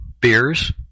beers